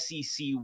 SEC